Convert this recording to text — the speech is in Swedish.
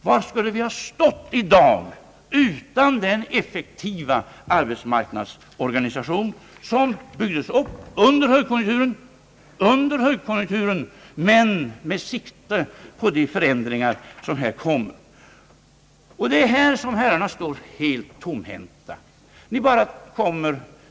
Var skulle vi ha stått i dag utan den effektiva arbetsmarknadsorganisation som byggdes upp under högkonjunkturen, men med sikte på de förändringar som nu kommer? Det är här som herrarna står helt tomhänta.